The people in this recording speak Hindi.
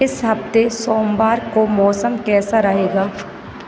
इस हफ़्ते सोमवार को मौसम कैसा रहेगा